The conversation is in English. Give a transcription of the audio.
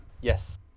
yes